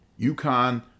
UConn